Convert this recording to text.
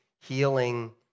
healing